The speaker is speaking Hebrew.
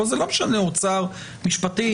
זה לא משנה אוצר או משפטים.